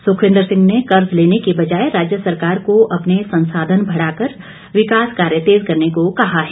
सुखविन्द्र सिंह ने कर्ज़ लेने की बजाय राज्य सरकार को अपने संसाधन बढ़ाकर विकास कार्य तेज करने को कहा है